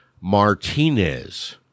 Martinez